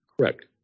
Correct